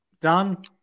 done